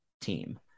team